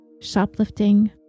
shoplifting